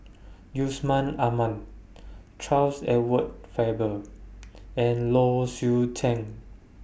Yusman Aman Charles Edward Faber and Low Swee Chen